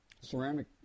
Ceramic